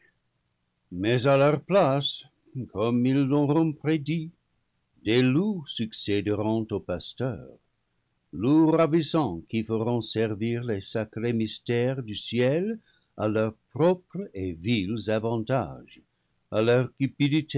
mais à leur place comme ils l'auront prédit des loups suc céderont aux pasteurs loups ravissants qui feront servir les sacrés mystères du ciel à leurs propres et vils avantages à leur